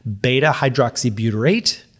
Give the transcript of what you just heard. beta-hydroxybutyrate